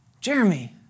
Jeremy